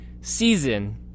season